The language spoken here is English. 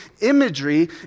imagery